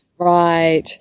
Right